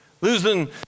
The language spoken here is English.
losing